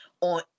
on